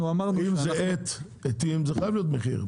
אם זה עט, זה חייב להיות מחיר.